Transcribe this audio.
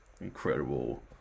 incredible